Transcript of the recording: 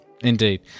indeed